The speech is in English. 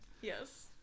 Yes